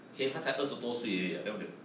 eh 他才二十多岁而已 eh then 我讲